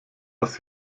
was